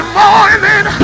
morning